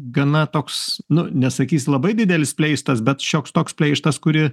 gana toks nu nesakys labai didelis pleistas bet šioks toks pleištas kuri